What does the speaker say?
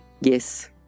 Yes